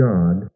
God